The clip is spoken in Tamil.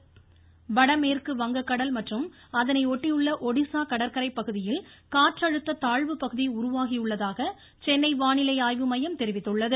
வானிலை ஆய்வுமையம் வடமேற்கு வங்கக்கடல் மற்றும் அதனை ஒட்டியுள்ள ஒடிஸா கடற்கரை பகுதியில் காற்றழுத்த தாழ்வுப்பகுதி உருவாகியுள்ளதாக சென்னை வானிலை ஆய்வுமையம் தெரிவித்துள்ளது